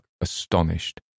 astonished